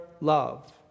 love